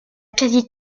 quasi